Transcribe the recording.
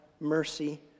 mercy